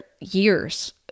years